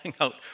out